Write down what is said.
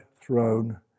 throne